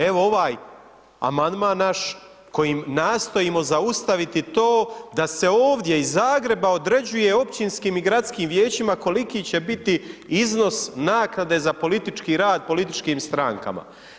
Evo ovaj amandman naš kojim nastojimo zaustaviti to da se ovdje iz Zagreba određuje općinskim i gradskim vijećima koliki će biti iznos naknade za politički rad političkim strankama.